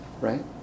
Right